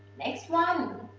next one.